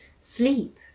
sleep